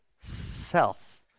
self